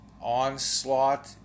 onslaught